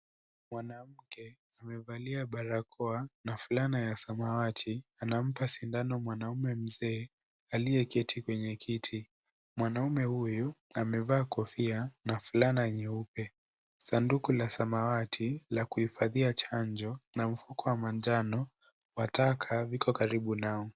Mwanamke amevalia barakoa na fulana ya samawati. Anampa sindano mwanamume mzee, aliyeketi kwenye kiti. Mwanamume huyu amevaa kofia na fulana nyeupe. Sanduku la samawati la kuhifadhia chanjo na mfuko wa manjano wa taka viko karibu nao.